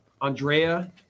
Andrea